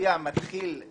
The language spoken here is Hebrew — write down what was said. לפיה מתחילה